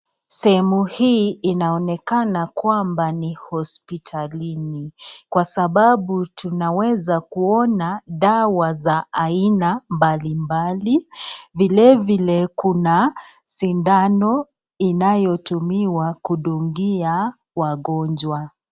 Sehemu hii inaonekana kwamba ni hospitalini, kwa sababu tunaweza kuona dawa za aina mbalimbali, vilevile kuna sindano inayotumiwa kudungia wagojwa.